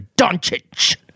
Doncic